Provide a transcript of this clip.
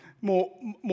more